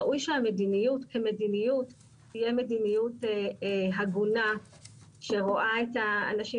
ראוי שהמדיניות כמדיניות תהיה מדיניות הגונה שרואה את האנשים,